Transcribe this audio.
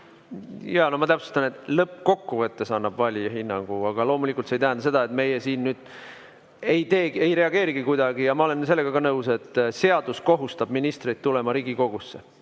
Jaa. No ma täpsustan, et lõppkokkuvõttes annab valija hinnangu. Aga loomulikult see ei tähenda seda, et meie siin ei reageerigi kuidagi. Ja ma olen sellega nõus, et seadus kohustab ministrit tulema Riigikogusse.